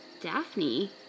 Daphne